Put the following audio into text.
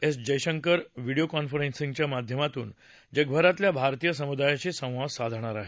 S Jaishankar video कॉन्फरन्सिंगच्या माध्यमातून जगभरातल्या भारतीय समुदायाशी संवाद साधणार आहेत